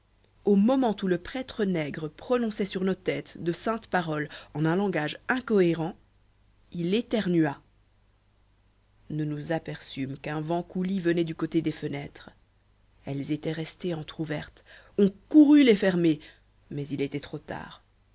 au moment où le prêtre nègre prononçait sur nos têtes de saintes paroles en un langage incohérent il éternua nous nous aperçûmes qu'un vent coulis venait du côté des fenêtres elles étaient restées entr'ouvertes on courut les fermer mais il était trop tard